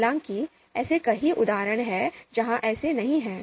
हालांकि ऐसे कई उदाहरण हैं जहां ऐसा नहीं है